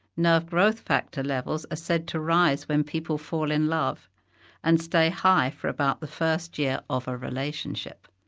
nerve growth factor levels are said to rise when people fall in love and stay high for about the first year of a relationship.